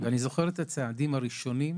אני זוכר את הצעדים הראשונים.